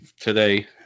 Today